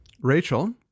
Rachel